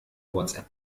whatsapp